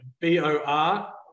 B-O-R